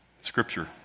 Scripture